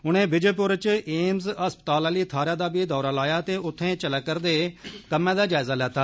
उनें विजयपुर च एम्स अस्पताल आली थाहर दा बी दौरा लाया ते उत्थें चलै करदे कम्में दा जायजा लैता